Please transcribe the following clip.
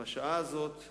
בשעה הזאת,